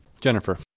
Jennifer